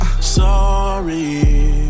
Sorry